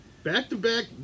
Back-to-back